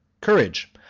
courage